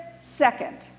second